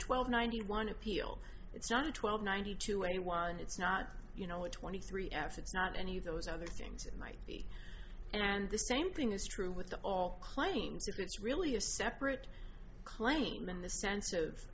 twelve ninety one appeal it's not a twelve ninety to anyone it's not you know a twenty three apps it's not any of those other things it might be and the same thing is true with all claims that it's really a separate claim in the sense of